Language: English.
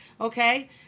Okay